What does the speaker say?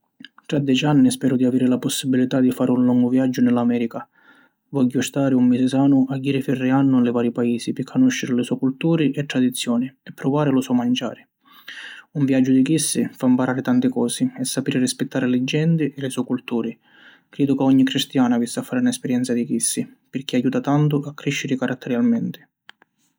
Tra deci anni speru di aviri la possibilità di fari un longu viaggiu ni l’Amèrica. Vogghiu stari un misi sanu a jiri firriannu li vari paisi pi canùsciri li so' culturi e tradizioni e pruvari lu so manciari. Un viaggiu di chissi fa mparari tanti cosi e sapiri rispittari li genti e li so' culturi. Cridu ca ogni cristianu avissi a fari na esperienza di chissi pirchì ajuta tantu a crìsciri caratterialmenti.